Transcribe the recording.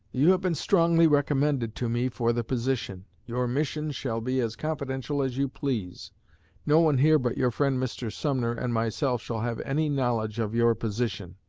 you have been strongly recommended to me for the position. your mission shall be as confidential as you please no one here but your friend mr. sumner and myself shall have any knowledge of your position.